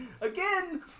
again